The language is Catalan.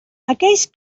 aquells